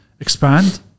expand